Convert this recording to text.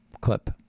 clip